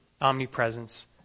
omnipresence